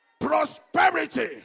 prosperity